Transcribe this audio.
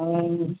ও